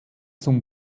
zum